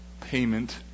payment